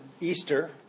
Easter